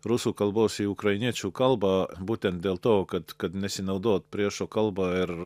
rusų kalbos į ukrainiečių kalbą būtent dėl to kad kad nesinaudot priešo kalba ir